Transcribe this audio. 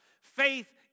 Faith